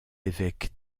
évêques